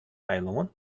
eilân